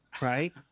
right